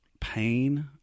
pain